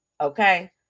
Okay